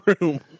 room